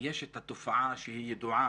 יש את התופעה הידועה